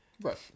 Right